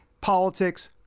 politics